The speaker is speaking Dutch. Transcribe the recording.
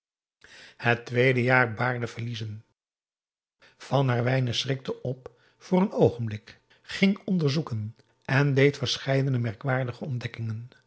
het tweede jaar baarde verliezen van herwijnen schrikte op voor een oogenblik ging onderzoeken en deed verscheidene merkwaardige ontdekkingen